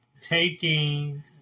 Taking